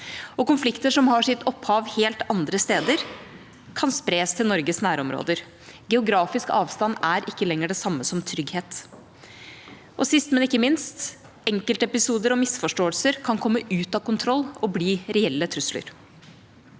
Konflikter som har sitt opphav helt andre steder, kan spres til Norges nærområder. Geografisk avstand er ikke lenger det samme som trygghet. Sist, men ikke minst: Enkeltepisoder og misforståelser kan komme ut av kontroll og bli reelle trusler.